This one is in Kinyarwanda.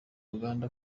uganda